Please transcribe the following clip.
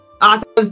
Awesome